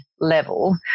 level